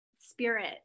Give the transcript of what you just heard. spirit